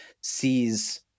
sees